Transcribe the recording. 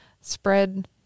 spread